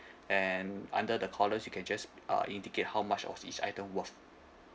and under the columns you can just uh indicate how much of each item worth